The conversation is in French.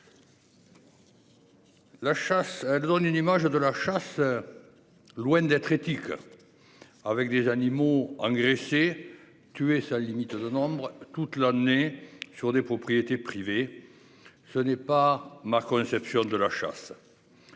La chasse, donne une image de la chasse. Loin d'être étiqueté. Avec des animaux engraissés tué ça limite le nombre toute l'année sur des propriétés privées. Ce n'est pas Marco absurde de la chasse.